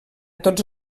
tots